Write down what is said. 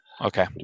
Okay